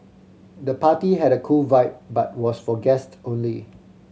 the party had a cool vibe but was for guest only